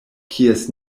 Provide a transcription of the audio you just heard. kies